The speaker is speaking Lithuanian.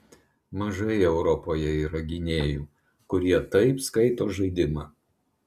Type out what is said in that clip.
mažai europoje yra gynėjų kurie taip skaito žaidimą